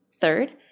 Third